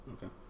Okay